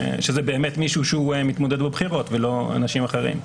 שזה באמת מישהו שמתמודד בבחירות ולא אנשים אחרים.